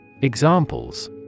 Examples